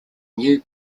new